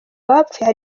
bapfuye